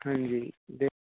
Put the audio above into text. अंजी